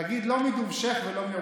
תגיד, לא מדבשך ולא מעוקצך.